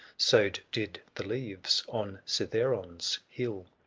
so did the leaves on cithzeron's hill,